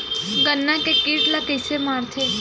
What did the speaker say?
गन्ना के कीट ला कइसे मारथे?